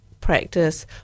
practice